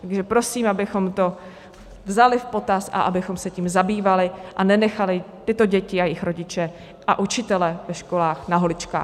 Takže prosím, abychom to vzali v potaz a abychom se tím zabývali a nenechali tyto děti a jejich rodiče a učitele ve školách na holičkách.